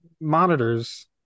monitors